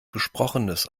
gesprochenes